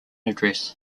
address